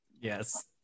Yes